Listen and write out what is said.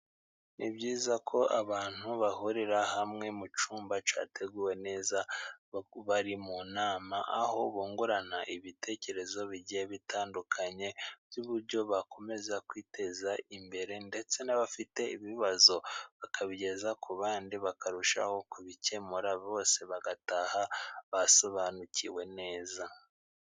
Ni byiza ko abantu bahurira hamwe, mu cyumba cyateguwe neza bari mu nama, aho bungurana ibitekerezo bigiye bitandukanye, by'uburyo bakomeza kwiteza imbere ndetse n'abafite ibibazo bakabigeza ku bandi, bakarushaho kubikemura bose bagataha basobanukiwe neza.